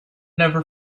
never